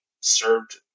served